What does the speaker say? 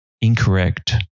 incorrect